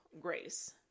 grace